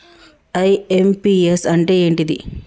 IMPS అంటే ఏంటిది?